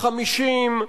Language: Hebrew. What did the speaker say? ה-50,